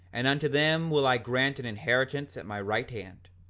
and unto them will i grant an inheritance at my right hand.